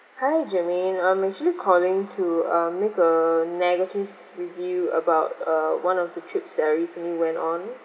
hi germaine I'm actually calling to uh make a negative review about uh one of the trips that I recently went on